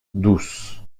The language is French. douce